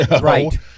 Right